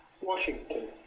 Washington